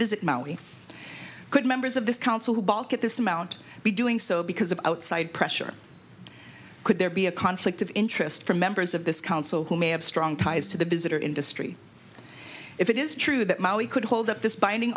visit maui could members of this council who balk at this amount be doing so because of outside pressure could there be a conflict of interest from members of this council who may have strong ties to the visitor industry if it is true that maui could hold up this binding